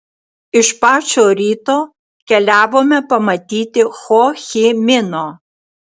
iš pačio ryto keliavome pamatyti ho chi mino